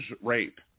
rape